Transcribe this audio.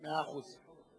מאה אחוז.